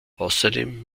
außerdem